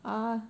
mm